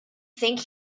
think